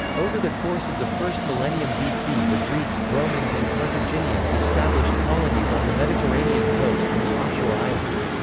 over the course of the first millennium bc the greeks, romans and carthaginians established colonies on the mediterranean coast and the offshore islands.